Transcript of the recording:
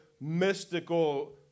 mystical